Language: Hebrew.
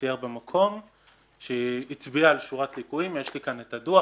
שסייר במקום והצביע על שורת ליקויים יש לי כאן את הדוח,